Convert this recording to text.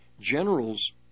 generals